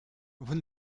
vous